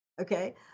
okay